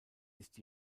ist